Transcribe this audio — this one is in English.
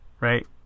right